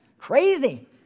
Crazy